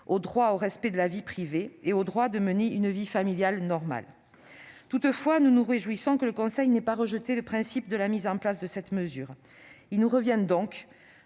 au droit au respect de la vie privée et au droit de mener une vie familiale normale. Toutefois, nous nous réjouissons que le Conseil constitutionnel n'ait pas rejeté le principe de la mise en place de cette mesure. Il nous revient donc